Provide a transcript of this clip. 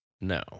No